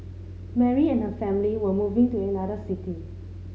Mary and her family were moving to another city